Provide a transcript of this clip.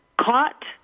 caught